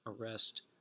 arrest